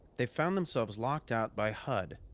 they found themselves locked out by hud,